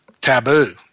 taboo